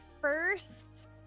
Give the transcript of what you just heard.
first